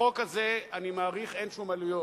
בחוק הזה, אני מעריך, אין שום עלויות.